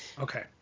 Okay